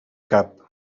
cap